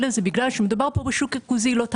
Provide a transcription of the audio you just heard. אלא בגלל שמדובר פה בשוק ריכוזי ולא תחרותי,